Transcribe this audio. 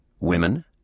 women